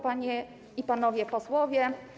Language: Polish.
Panie i Panowie Posłowie!